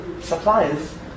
suppliers